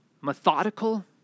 methodical